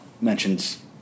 mentions